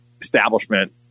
establishment